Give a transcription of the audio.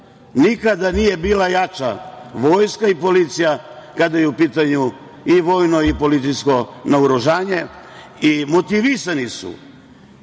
druge. Nikada nije bila jača vojska i policija kada je u pitanju i vojno i policijsko naoružanje i motivisani su